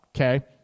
Okay